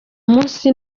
munsi